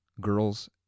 girls